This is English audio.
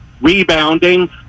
rebounding